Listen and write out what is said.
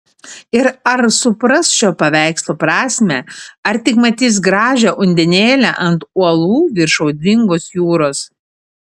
ir ar supras šio paveikslo prasmę ar tik matys gražią undinėlę ant uolų virš audringos jūros